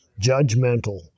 Judgmental